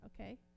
okay